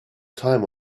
time